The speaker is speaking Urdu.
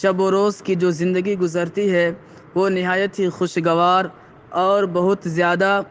شب و روز کی جو زندگی گزرتی ہے وہ نہایت ہی خوشگوار اور بہت زیادہ